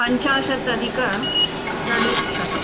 पञ्चाशत् अधिक षड् शतं